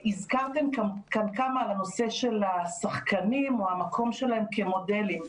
הזכרתם כאן גם על הנושא של השחקנים או המקום שלהם כמודלים.